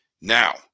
Now